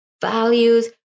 values